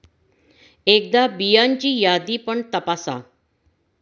एकदा बियांची यादी पण तपासा